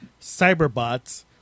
Cyberbots